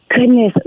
Goodness